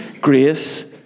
grace